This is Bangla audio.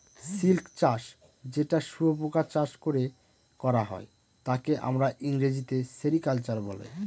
সিল্ক চাষ যেটা শুয়োপোকা চাষ করে করা হয় তাকে আমরা ইংরেজিতে সেরিকালচার বলে